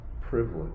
privilege